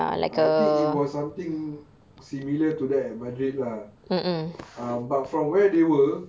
I think it was something similar to that at madrid lah ah but from where they were